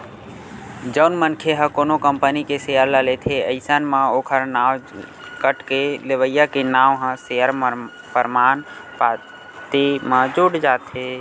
जउन मनखे ह कोनो कंपनी के सेयर ल लेथे अइसन म ओखर नांव कटके लेवइया के नांव ह सेयर परमान पाती म जुड़ जाथे